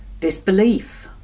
Disbelief